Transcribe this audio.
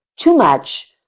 too much,